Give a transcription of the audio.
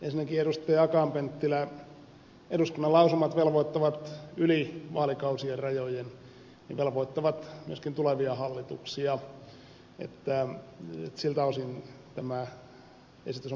akaan penttilä eduskunnan lausumat velvoittavat yli vaalikausien rajojen velvoittavat myöskin tulevia hallituksia niin että siltä osin tämä esitys on perusteltu